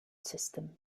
system